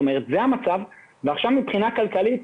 זה המצב ועכשיו מבחינה כלכלית,